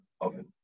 oven